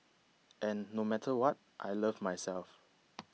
and no matter what I love myself